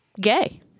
gay